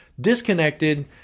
disconnected